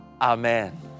Amen